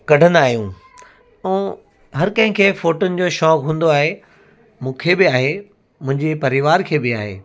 कढंदा आहियूं ऐं हर कंहिंखे फ़ोटुनि जो शौक़ु हूंदो आहे मूंखे बि आहे मुंहिंजे परिवार खे बि आहे